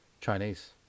Chinese